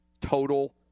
total